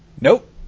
Nope